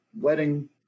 wedding